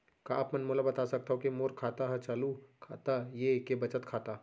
का आप मन मोला बता सकथव के मोर खाता ह चालू खाता ये के बचत खाता?